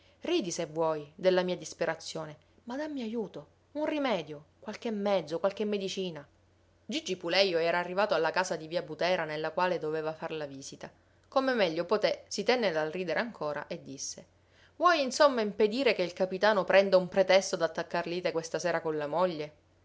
ridi se vuoi della mia disperazione ma dammi ajuto un rimedio qualche mezzo qualche medicina gigi pulejo era arrivato alla casa di via butera nella quale doveva far la visita come meglio poté si tenne dal ridere ancora e disse vuoi insomma impedire che il capitano prenda un pretesto d'attaccar lite questa sera con la moglie